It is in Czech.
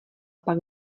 pak